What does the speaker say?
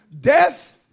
Death